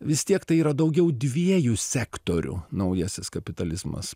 vis tiek tai yra daugiau dviejų sektorių naujasis kapitalizmas